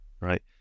right